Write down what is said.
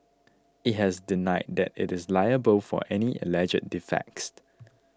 it has denied that it is liable for any alleged defects